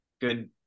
good